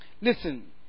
Listen